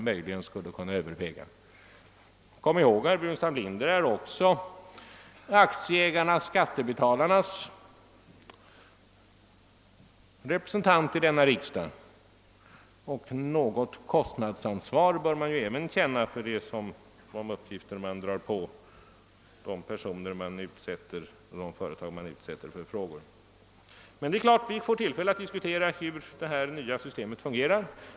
Herr Burenstam Linder är också aktieägarnas — skattebetalarnas — representant i denna riksdag och något kostnadsansvar bör man även känna för de uppgifter man drar på de personer och företag som utsätts för frågor. Vi får senare tillfälle att diskutera hur detta nya system fungerar.